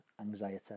anxiety